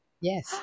Yes